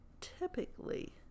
typically